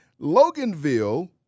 Loganville